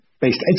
based